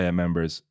members